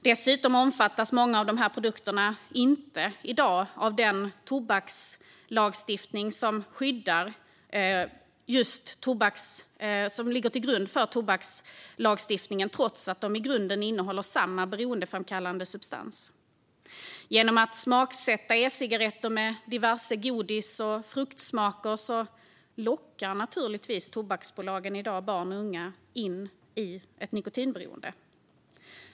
Dessutom omfattas många av dessa produkter i dag inte av den lagstiftning som ligger till grund för tobakslagstiftningen, trots att de i grunden innehåller samma beroendeframkallande substans. Genom att smaksätta ecigaretter med diverse godis och fruktsmaker lockar tobaksbolagen i dag in barn och unga i ett nikotinberoende.